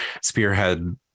spearhead